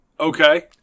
okay